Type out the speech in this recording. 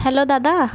hello দাদা